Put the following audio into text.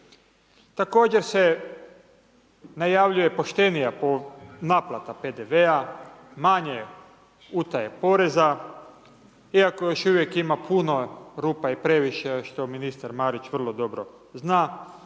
Također se najavljuje poštenija naplata PDV-a, manje utaje poreza, iako još uvijek ima puno rupa i previše što ministar Marić vrlo dobro zna,